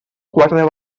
quatre